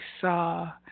saw